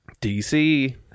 DC